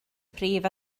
prif